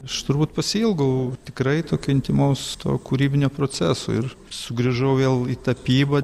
aš turbūt pasiilgau tikrai tokio intymaus to kūrybinio proceso ir sugrįžau vėl į tapybą